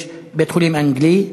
יש בית-חולים אנגלי,